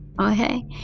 Okay